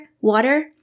water